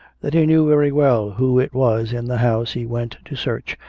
that he knew very well who it was in the house he went to search,